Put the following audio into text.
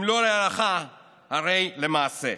אם לא להלכה הרי למעשה.